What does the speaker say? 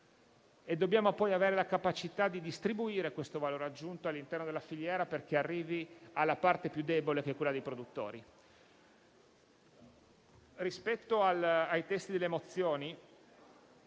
E dobbiamo poi avere la capacità di distribuire tale valore aggiunto all'interno della filiera perché arrivi alla parte più debole, che è quella dei produttori.